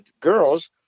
girls